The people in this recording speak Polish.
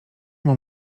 mam